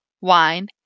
wine